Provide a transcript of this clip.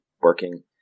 working